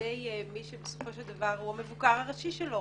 ידי מי שבסופו של דבר הוא המבוקר הראשי שלו,